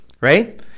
right